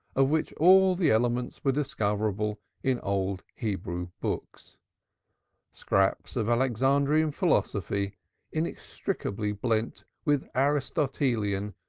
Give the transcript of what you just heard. of which all the elements were discoverable in old hebrew books scraps of alexandrian philosophy inextricably blent with aristotelian,